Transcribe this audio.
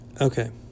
Okay